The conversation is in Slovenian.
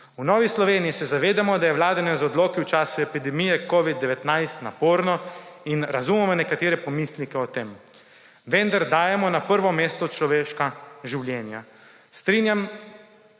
V Novi Sloveniji se zavedamo, da je vladanje z odloki v času epidemije covida-19 naporno in razumemo nekatere pomisleke o tem, vendar dajemo na prvo mesto človeška življenja. Strinjamo